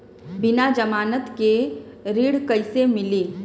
बिना जमानत के ऋण कईसे मिली?